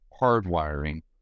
hardwiring